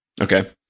Okay